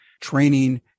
training